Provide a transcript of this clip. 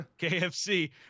kfc